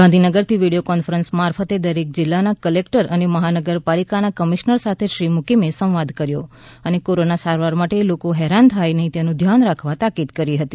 ગાધીનગર થી video conference મારફતે દરેક જિલ્લાના કલેક્ટર અને મહાનગરપાલિકાના કમિશ્નર સાથે શ્રી મૂકીમે સંવાદ કર્યો હતો અને કોરોના સારવાર માટે લોકો હેરાન થાય નહીં તેનું ધ્યાન રાખવા તાકીદ કરી હતી